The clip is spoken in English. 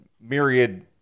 myriad